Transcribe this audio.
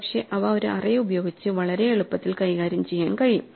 പക്ഷേ അവ ഒരു അറേ ഉപയോഗിച്ച് വളരെ എളുപ്പത്തിൽ കൈകാര്യം ചെയ്യാൻ കഴിയും